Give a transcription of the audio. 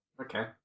Okay